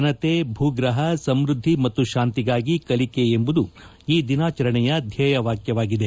ಜನತೆ ಭೂಗ್ರಹ ಸಮೃದ್ಧಿ ಮತ್ತು ಶಾಂತಿಗಾಗಿ ಕಲಿಕೆ ಎಂಬುದು ಈ ದಿನಾಚರಣೆಯ ಧ್ವೇಯ ವಾಕ್ಚವಾಗಿದೆ